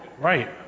Right